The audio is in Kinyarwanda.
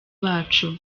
bacu